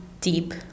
deep